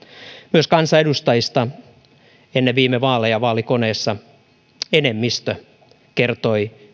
myös kansanedustajista ennen viime vaaleja vaalikoneessa enemmistö kertoi